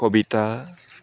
কবিতা